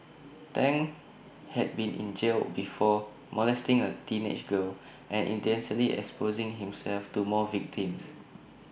Tang had been in jail would before molesting A teenage girl and indecently exposing himself to more victims